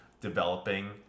developing